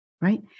right